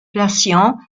patients